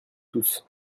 tous